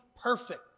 perfect